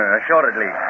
Assuredly